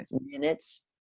minutes